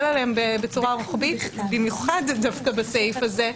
עליהם בצורה רוחבית במיוחד בסעיף הזה.